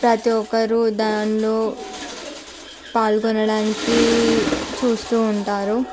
ప్రతి ఒక్కరు దానిలో పాల్గొనడానికి చూస్తూ ఉంటారు